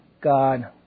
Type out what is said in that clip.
God